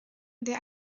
der